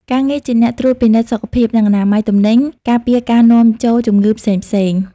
ការងារជាអ្នកត្រួតពិនិត្យសុខភាព និងអនាម័យទំនិញ ការពារការនាំចូលជំងឺផ្សេងៗ។